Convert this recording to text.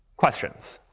questions?